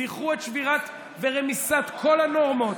זכרו את שבירת ורמיסת כל הנורמות